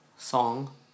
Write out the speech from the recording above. Song